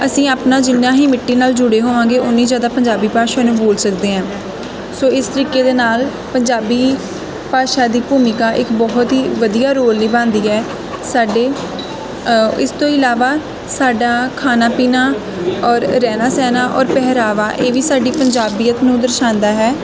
ਅਸੀਂ ਆਪਣਾ ਜਿੰਨਾ ਹੀ ਮਿੱਟੀ ਨਾਲ ਜੁੜੇ ਹੋਵਾਂਗੇ ਓਨੀ ਜ਼ਿਆਦਾ ਪੰਜਾਬੀ ਭਾਸ਼ਾ ਨੂੰ ਬੋਲ ਸਕਦੇ ਹਾਂ ਸੋ ਇਸ ਤਰੀਕੇ ਦੇ ਨਾਲ ਪੰਜਾਬੀ ਭਾਸ਼ਾ ਦੀ ਭੂਮਿਕਾ ਇੱਕ ਬਹੁਤ ਹੀ ਵਧੀਆ ਰੋਲ ਨਿਭਾਉਂਦੀ ਹੈ ਸਾਡੇ ਇਸ ਤੋਂ ਇਲਾਵਾ ਸਾਡਾ ਖਾਣਾ ਪੀਣਾ ਔਰ ਰਹਿਣਾ ਸਹਿਣਾ ਔਰ ਪਹਿਰਾਵਾ ਇਹ ਵੀ ਸਾਡੀ ਪੰਜਾਬੀਅਤ ਨੂੰ ਦਰਸਾਉਂਦਾ ਹੈ